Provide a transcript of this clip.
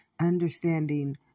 understanding